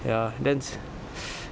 ya that's